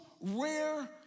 rare